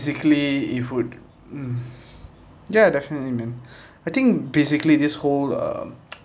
~sically if would mm ya definitely man I think basically this whole uh